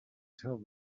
tell